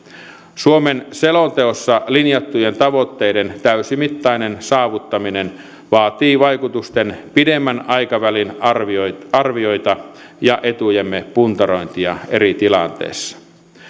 suomen selonteossa linjattujen tavoitteiden täysimittainen saavuttaminen vaatii vaikutusten pidemmän aikavälin arviota ja etujemme puntarointia eri tilanteissa